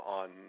on